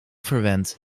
verwend